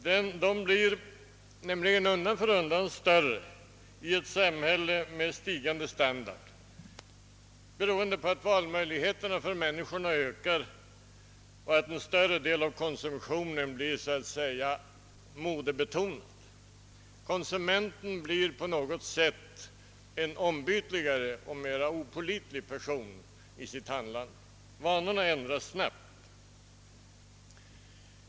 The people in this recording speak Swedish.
Dessa förändringar blir nämligen undan för undan större i ett samhälle med stigande standard, beroende på att valmöjligheterna för människorna ökar och på att en större del av konsumtionen blir så att säga modebetonad. Konsumenten blir på något sätt en ombytligare och mer opålitlig person i sitt handlande. Vanorna ändras snabbt.